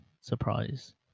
surprise